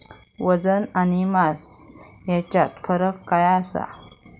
वजन आणि मास हेच्यात फरक काय आसा?